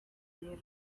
muri